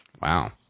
Wow